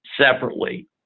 separately